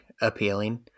appealing